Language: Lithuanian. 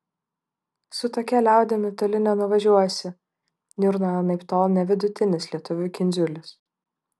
su tokia liaudimi toli nenuvažiuosi niurna anaiptol ne vidutinis lietuvių kindziulis